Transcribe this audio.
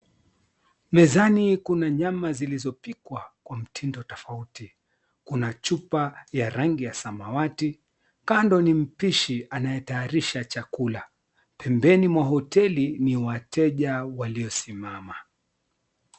Mezani kuna nyama zilizopikwa kwa mtindo tofauti. Kuna chupa ya rangi ya samawati, kando ni mpishi anayetayarisha chakula. Pembeni mwa hoteli ni wateja waliosimama.